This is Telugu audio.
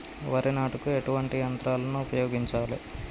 వరి నాటుకు ఎటువంటి యంత్రాలను ఉపయోగించాలే?